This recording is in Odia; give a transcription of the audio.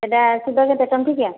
ଏଇଟା ସୁଧ କେତେ ଟଙ୍କିକିଆ